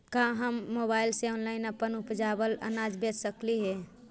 का हम मोबाईल से ऑनलाइन अपन उपजावल अनाज बेच सकली हे?